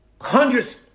Hundreds